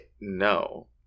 no